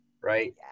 right